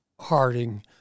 Harding